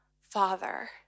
Father